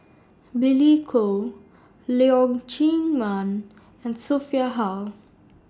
Billy Koh Leong Chee Mun and Sophia Hull